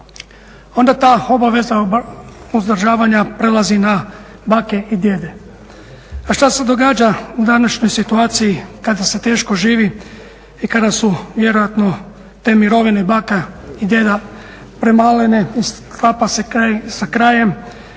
Onda ta obaveza uzdržavanja prelazi na bake i djede. A šta se događa u današnjoj situaciji kada se teško živi i kada su vjerojatno te mirovine baka i djeda premalene i sklapa se kraj